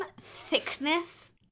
thickness